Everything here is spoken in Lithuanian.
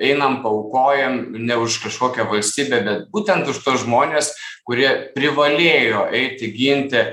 einam aukojam ne už kažkokią valstybę bet būtent už tuos žmones kurie privalėjo eiti ginti